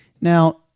Now